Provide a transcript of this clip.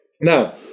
Now